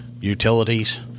utilities